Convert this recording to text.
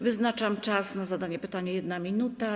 Wyznaczam czas na zadanie pytania - 1 minuta.